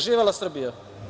Živela Srbija.